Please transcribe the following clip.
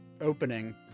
opening